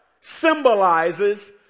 symbolizes